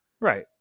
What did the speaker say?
Right